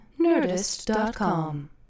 nerdist.com